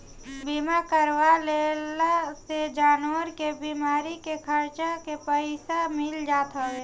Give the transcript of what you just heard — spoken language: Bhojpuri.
बीमा करवा लेहला से जानवर के बीमारी के खर्चा के पईसा मिल जात हवे